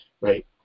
right